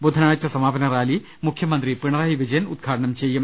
ബുധ നാഴ് ച സമാ പ ന റാലി മുഖ്യമന്ത്രി പിണറായി വിജയൻ ഉദ്ഘാടനം ചെയ്യും